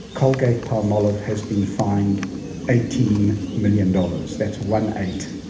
colgate palmolive has been fined eighteen million dollars. that's one eight.